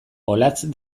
olatz